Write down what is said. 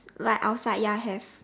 like outside ya have